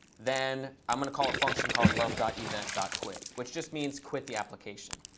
then i'm going to call a function called love dot event dot quit, which just means quit the application.